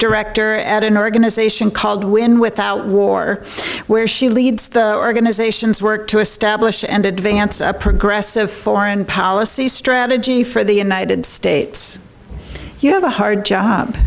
director at an organization called win without war where she leads the organization's work to establish and advance a progressive foreign policy strategy for the united states you have a hard job